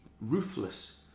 ruthless